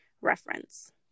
reference